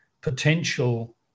potential